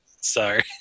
Sorry